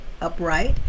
upright